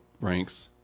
ranks